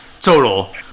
total